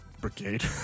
Brigade